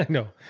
like no